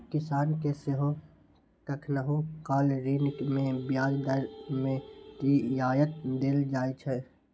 किसान कें सेहो कखनहुं काल ऋण मे ब्याज दर मे रियायत देल जाइ छै